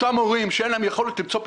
אותם הורים שאין להם פתרונות,